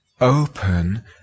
open